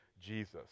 Jesus